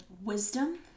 wisdom